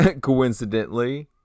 coincidentally